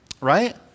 right